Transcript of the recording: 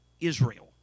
Israel